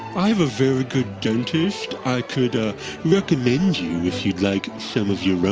i have a very good dentist i could ah recommend you if you'd like some of your